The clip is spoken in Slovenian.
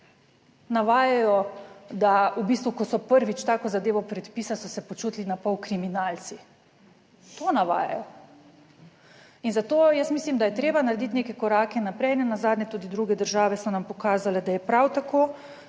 Navajajo, da v bistvu, ko so prvič tako zadevo predpisali, so se počutili na pol kriminalci. To navajajo. In zato jaz mislim, da je treba narediti neke korake naprej. Nenazadnje tudi druge države so nam pokazale, da je prav tako.